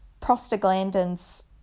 prostaglandins